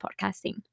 podcasting